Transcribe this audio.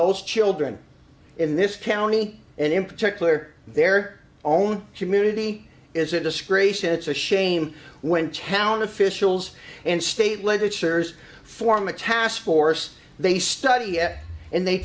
those children in this county and in particular their own community is a disgrace and it's a shame when town officials and state legislatures form a task force they study it and they